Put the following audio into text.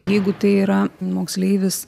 jeigu tai yra moksleivis